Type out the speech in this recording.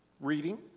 reading